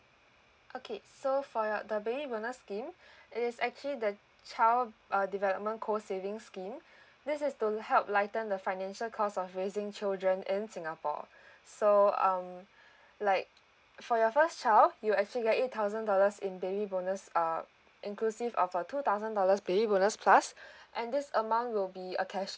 okay so for your the baby bonus scheme it is actually the child uh development core saving scheme this is to help lighten the financial cost of raising children in singapore so um like for your first child you'll actually get eight thousand dollars in baby bonus uh inclusive of a two thousand dollars baby bonus plus and this amount will be a cash